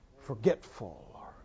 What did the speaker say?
forgetful